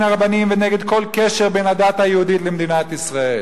הרבניים ונגד כל קשר בין הדת היהודית למדינת ישראל.